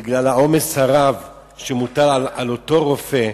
בגלל העומס הרב שמוטל על אותו רופא.